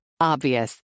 Obvious